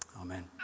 Amen